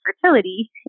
fertility